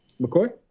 McCoy